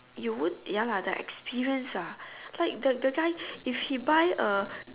you won't ya lah the experience ah like the the guy if she buys a